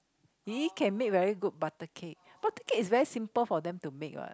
yi-yi can make very good butter cake butter cake is very simple for them to make what